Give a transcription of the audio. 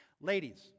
Ladies